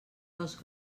dels